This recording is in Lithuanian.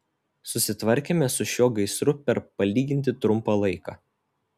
susitvarkėme su šiuo gaisru per palyginti trumpą laiką